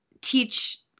teach